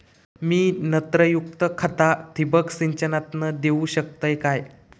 मी नत्रयुक्त खता ठिबक सिंचनातना देऊ शकतय काय?